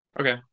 Okay